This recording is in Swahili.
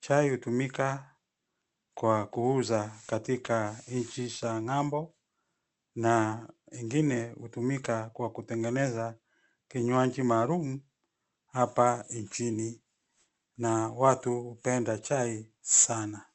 Chai hutumika kuuza katika nchi za ng'ambo na ingine hutumika kwa kutengeneza kinywaji maalum hapa nchini na watu hupenda chai sana.